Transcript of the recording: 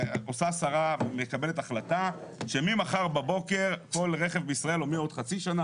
היא מקבלת החלטה שממחר בבוקר או מעוד חצי שנה,